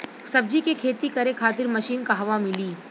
सब्जी के खेती करे खातिर मशीन कहवा मिली?